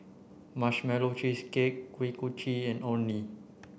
marshmallow cheesecake Kuih Kochi and Orh Nee